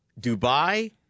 Dubai